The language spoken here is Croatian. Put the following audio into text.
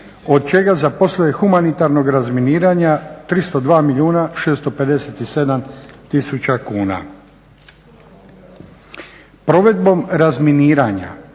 od čega za poslove humanitarnog razminiranja 302 milijuna 657 tisuća kuna. Provedbom razminiranja